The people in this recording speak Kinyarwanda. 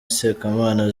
sekamana